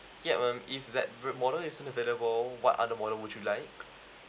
yup um if that re~ model is unavailable what other model would you like